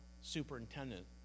superintendent